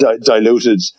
diluted